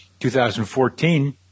2014